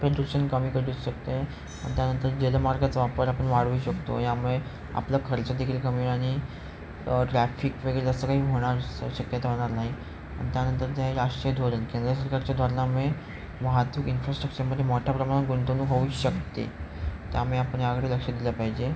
प्रदूषण कमी करू शकते आणि त्यानंतर जल मार्गाचा वापर आपण वाढवू शकतो यामुळे आपलं खर्च देखील कमी आणि ट्रॅफिक वगैरे जास्त काही होणार शक्यता होणार नाही आणि त्यानंतर जे आहे राष्ट्रीय धोरण केंद्र सरकारच्या धोरणामुळे वाहतूक इन्फ्रास्ट्रक्चरमध्ये मोठ्या प्रमाणात गुंतवणूक होऊ शकते त्यामुळे आपण याकडे लक्ष दिलं पाहिजे